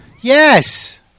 Yes